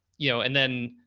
you know, and then.